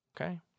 Okay